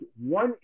one